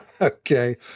Okay